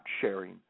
sharing